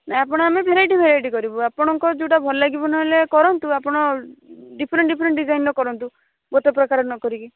ନାହିଁ ଆପଣ ଆମେ ଭେରାଇଟ ଭେରାଇଟ କରିବୁ ଆପଣଙ୍କ ଯେଉଁଟା ଭଲ ଲାଗିବ ନହେଲେ କରନ୍ତୁ ଆପଣ ଡିଫରେଣ୍ଟ୍ ଡିଫରେଣ୍ଟ୍ ଡିଜାଇନର କରନ୍ତୁ ଗୋଟେ ପ୍ରକାର ନକରିକି